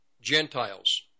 Gentiles